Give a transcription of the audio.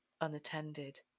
unattended